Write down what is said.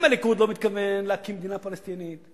אם הליכוד לא מתכוון להקים מדינה פלסטינית,